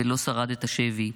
ולא שרד את השבי.